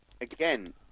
Again